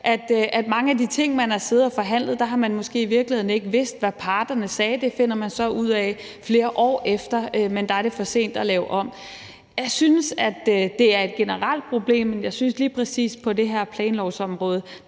at mange af de ting, man har siddet og forhandlet, har man måske i virkeligheden ikke vidst hvad parterne sagde om. Det finder man så ud af flere år efter, men der er det for sent at lave dem om. Jeg synes, at det er et generelt problem, men jeg synes, at lige præcis på det her planlovsområde